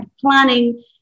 planning